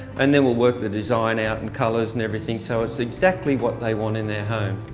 and then we'll work the design out, and colors and everything so it's exactly what they want in their home.